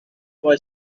boy